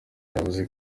yavuze